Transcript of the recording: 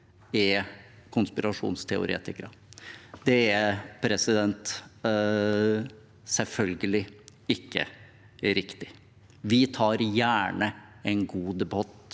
er konspirasjonsteoretikere. Det er selvfølgelig ikke riktig. Vi tar gjerne en god debatt